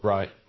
Right